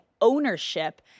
ownership